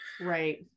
Right